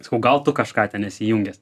sakau gal tu kažką ten esi įjungęs